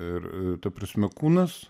ir ta prasme kūnas